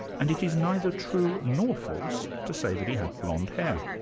and it is neither true nor false, to say that he had blond hair.